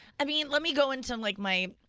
i mean, let me go in to like my.